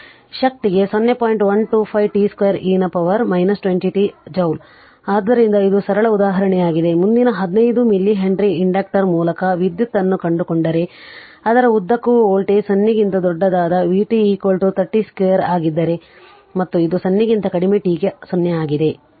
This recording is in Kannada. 125 t 2 e ನ ಪವರ್ 20 t ಜೌಲ್ ಆದ್ದರಿಂದ ಇದು ಸರಳ ಉದಾಹರಣೆಯಾಗಿದೆ ಮುಂದಿನ 1 5 ಮಿಲಿ ಹೆನ್ರಿ ಇಂಡಕ್ಟರ್ ಮೂಲಕ ವಿದ್ಯುತ್ ಅನ್ನು ಕಂಡುಕೊಂಡರೆ ಅದರ ಉದ್ದಕ್ಕೂ ವೋಲ್ಟೇಜ್ 0 ಕ್ಕಿಂತ ದೊಡ್ಡದಾದ vt 30 t 2 ಆಗಿದ್ದರೆ ಮತ್ತು ಇದು 0 ಕ್ಕಿಂತ ಕಡಿಮೆ t ಗೆ 0 ಆಗಿದೆ